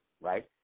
right